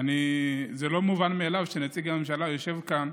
זה לא מובן מאליו שנציג הממשלה יושב כאן.